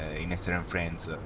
in hetzer and friends.